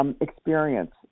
experience